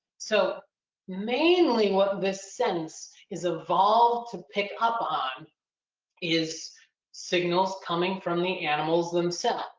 so mainly what the sense is evolved to pick up on is signals coming from the animals themselves.